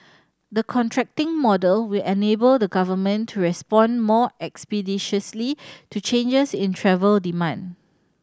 the contracting model will enable the Government to respond more expeditiously to changes in travel demand